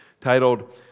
titled